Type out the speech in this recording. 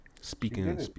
speaking